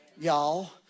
y'all